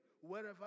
wherever